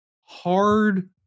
hard